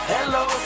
Hello